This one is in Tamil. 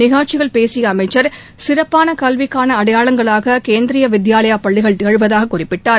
நிகழ்ச்சியில் பேசிய அமைச்சர் சிறப்பான கல்விக்கான அடையாளங்களாக கேந்திரிய வித்யாலயா பள்ளிகள் திகழ்வதாக குறிப்பிட்டார்